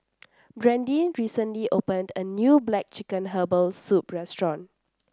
Brandyn recently opened a new black chicken Herbal Soup restaurant